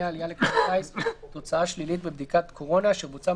העלייה לכלי הטיס תוצאה שלילית בבדיקת קורונה אשר בוצעה